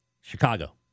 Chicago